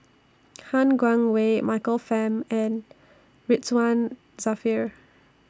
Han Guangwei Michael Fam and Ridzwan Dzafir